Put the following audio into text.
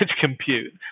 compute